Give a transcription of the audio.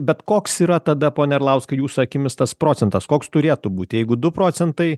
bet koks yra tada pone arlauskai ir jūsų akimis tas procentas koks turėtų būti jeigu du procentai